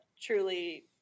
truly